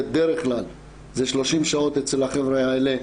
בדרך כלל זה 30 שעות אצל החברה האלה,